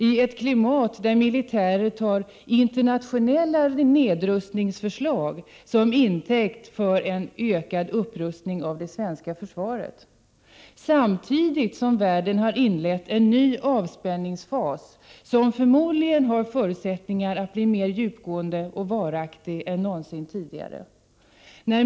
I detta klimat tar militärer internationella nedrustningsförslag till intäkt för en ökad upprustning av det svenska försvaret! Samtidigt har världen inlett en ny avspänningsfas, som förmodligen har förutsättningar att bli mer djupgående och varaktig än någon tidigare.